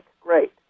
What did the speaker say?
Great